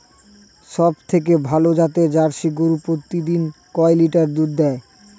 সবথেকে ভালো জাতের জার্সি গরু প্রতিদিন কয় লিটার করে দুধ দেয়?